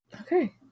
Okay